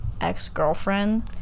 ex-girlfriend